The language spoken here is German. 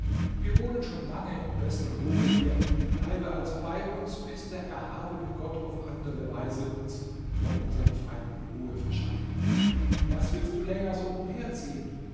wir wohnen schon lange in bester ruhe hier bleibe also bei uns bis der erhabene gott auf andere weise uns vor unsern feinden ruhe schafft was willst du länger so umherziehen